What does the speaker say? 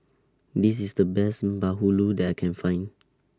This IS The Best Bahulu that I Can Find